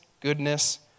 goodness